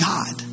God